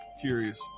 curious